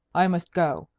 i must go.